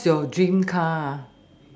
what's your dream car